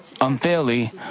Unfairly